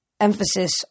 Emphasis